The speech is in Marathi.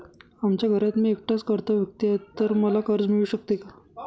आमच्या घरात मी एकटाच कर्ता व्यक्ती आहे, तर मला कर्ज मिळू शकते का?